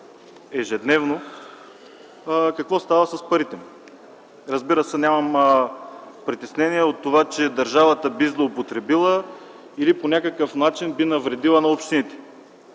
ежедневно какво става с парите му. Разбира се, нямам притеснения от това, че държавата би злоупотребила или по някакъв начин би навредила на общините,